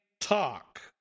talk